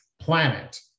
planet